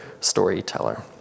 storyteller